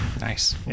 Nice